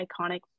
iconic